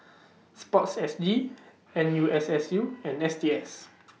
Sport S G N U S S U and S T S